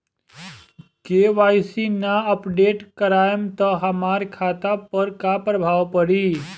KYC ना update करवाएम त हमार खाता पर का प्रभाव पड़ी?